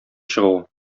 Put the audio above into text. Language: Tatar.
чыгу